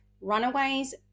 runaways